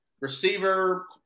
receiver